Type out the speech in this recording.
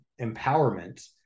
empowerment